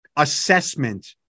Assessment